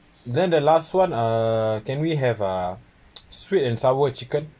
then the last one uh can we have uh sweet and sour chicken